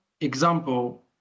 example